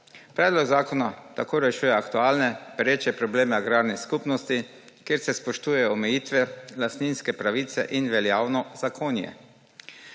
Predlog zakona tako rešuje aktualne pereče probleme agrarnih skupnosti, kjer se spoštujejo omejitve, lastninske pravice in veljavno zakonje.